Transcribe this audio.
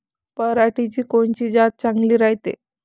पऱ्हाटीची कोनची जात चांगली रायते?